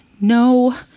no